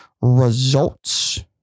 results